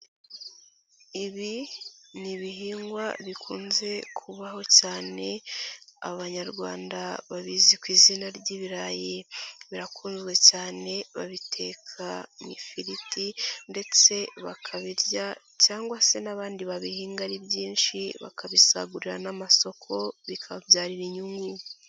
Ibi ni ibihingwa bikunze kubaho cyane abanyarwanda babizi ku izina ry'ibirayi, birakunzwe cyane babiteka mu ifiriti ndetse bakabirya cyangwa se n'abandi babihinga ari byinshi, bakabisagurira n'amasoko bikababyarira inyungu.